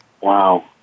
Wow